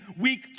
week